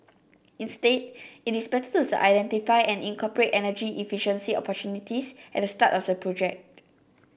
instead it is better to identify and incorporate energy efficiency opportunities at the start of the project